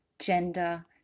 gender